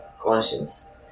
conscience